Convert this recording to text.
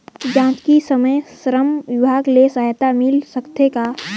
जचकी समय श्रम विभाग ले सहायता मिल सकथे का?